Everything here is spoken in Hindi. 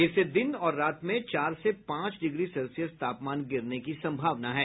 इससे दिन और रात में चार से पांच डिग्री सेल्सियस तापमान गिरने की संभावना है